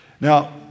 Now